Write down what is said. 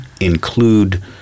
include